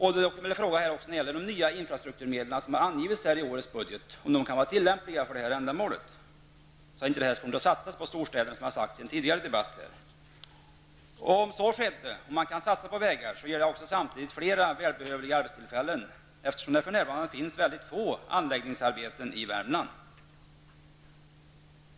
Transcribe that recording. När det gäller de nya infrastrukturmedel som regeringen har aviserat i årets budgetproposition vill jag fråga om de kan vara tillämpliga för detta ändamål och inte satsas enbart på storstäderna, som har sagts i en tidigare debatt. Om man satsar på vägar ger detta samtidigt fler välbehövliga arbetstillfällen, eftersom det för närvarande finns väldigt få anläggningsarbeten i Värmland.